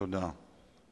תודה.